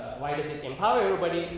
why did you empower your buddy?